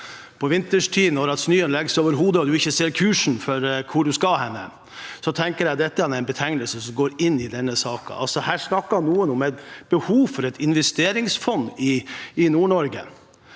på vinterstid, når snøen legger seg over hodet og en ikke ser kursen for hvor en skal hen. Jeg tenker at det er en betegnelse som går inn i denne saken. Her snakker noen om et behov for et investeringsfond i Nord-Norge.